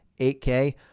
8K